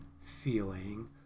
feeling